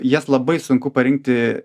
jas labai sunku parinkti